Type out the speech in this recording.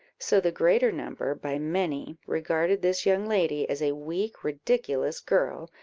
so the greater number, by many, regarded this young lady as a weak, ridiculous girl,